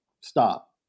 Stop